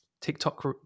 TikTok